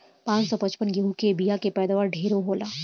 पान सौ पचपन गेंहू के बिया के पैदावार ढेरे होला